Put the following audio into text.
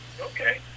Okay